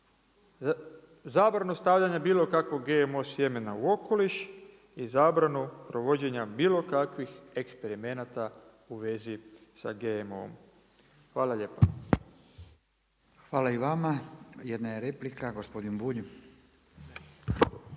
prehrani, zabranu bilo kakvog GMO sjemena u okoliš i zabranu provođenja bilo kakvih eksperimenata u vezi sa GMO-om. Hvala lijepa. **Radin, Furio (Nezavisni)** Hvala i vama. Jedna je replika gospodin Bulj.